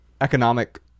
economic